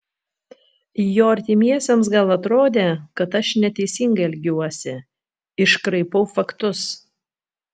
jo artimiesiems gal atrodė kad aš neteisingai elgiuosi iškraipau faktus